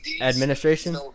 Administration